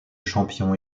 champions